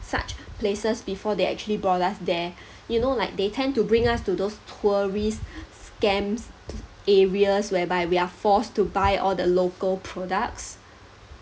such places before they actually brought us there you know like they tend to bring us to those tourist scams areas whereby we are forced to buy all the local products